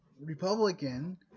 Republican